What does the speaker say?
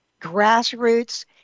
grassroots